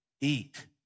Eat